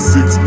Six